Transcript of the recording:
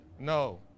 No